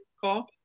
call